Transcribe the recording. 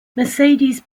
mercedes